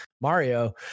Mario